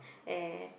eh